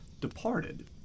departed